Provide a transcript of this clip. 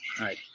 right